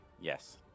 Yes